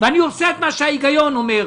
ואני עושה את מה שההיגיון אומר.